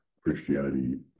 Christianity